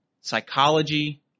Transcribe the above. psychology